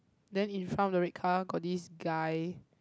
then in front of the red car got this guy